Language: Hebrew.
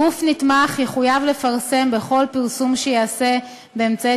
גוף נתמך יחויב לפרסם בכל פרסום שיעשה באמצעי